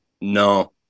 no